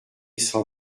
sans